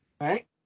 right